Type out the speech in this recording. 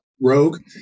rogue